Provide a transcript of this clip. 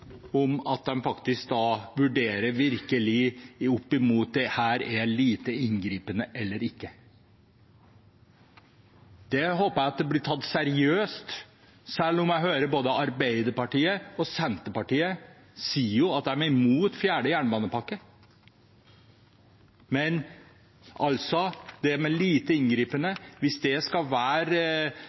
ikke. Jeg håper at det blir tatt seriøst, selv om jeg hører at både Arbeiderpartiet og Senterpartiet jo sier at de er imot fjerde jernbanepakke. Men hvis det med «lite inngripende» skal være vanlig praksis i Stortinget fortsatt, håper jeg at man også tar det